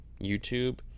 youtube